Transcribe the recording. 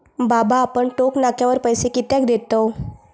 बाबा आपण टोक नाक्यावर पैसे कित्याक देतव?